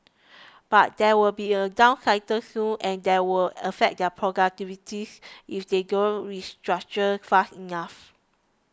but there will be a down cycle soon and that will affect their productivities if they don't restructure fast enough